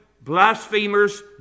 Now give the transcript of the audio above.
blasphemers